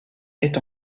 est